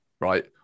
right